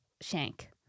Shank